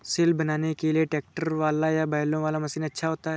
सिल बनाने के लिए ट्रैक्टर वाला या बैलों वाला मशीन अच्छा होता है?